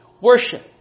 Worship